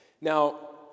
Now